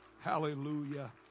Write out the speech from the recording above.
Hallelujah